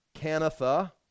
Canatha